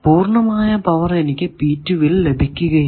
പൂർണമായ പവർ എനിക്ക് ഈ ൽ ലഭിക്കുകയില്ല